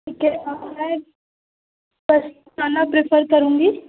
ठीक है हाँ मैं बस खाना प्रेफर करूँगी